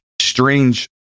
strange